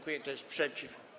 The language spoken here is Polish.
Kto jest przeciw?